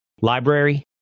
library